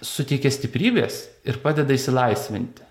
suteikia stiprybės ir padeda išsilaisvinti